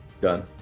Done